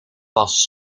pas